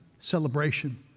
celebration